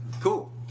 Cool